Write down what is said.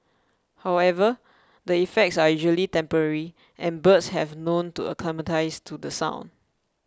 however the effects are usually temporary and birds have known to acclimatise to the sound